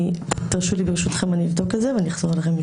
תרשו לי ברשותכם לבדוק את זה ולחזור אליכם.